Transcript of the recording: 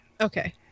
Okay